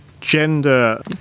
gender